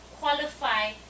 qualify